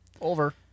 over